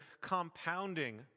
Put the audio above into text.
compounding